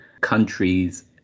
countries